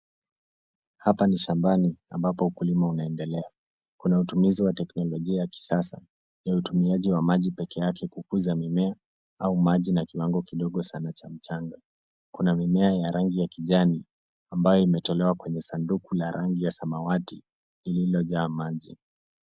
Hapa ni shambani ambapo ukulima unaendelea. Kuna utumizi wa teknolojia ya kisasa ya utumiaji wa maji pekeake kukuza mimea au maji na kiwango kidogo sana cha mchanga. Kuna mimea ya rangi ya kijani ambayo imetolewa kwenye sanduku la rangi ya samawati lililojaa maji.